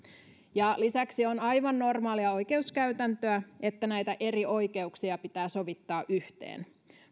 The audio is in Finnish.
lisäksi on aivan normaalia oikeuskäytäntöä että näitä eri oikeuksia pitää sovittaa yhteen